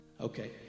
okay